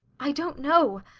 i don't know.